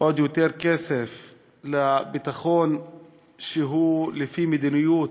עוד יותר כסף לביטחון שהוא לפי מדיניות,